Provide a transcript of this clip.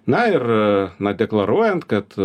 na ir na deklaruojant kad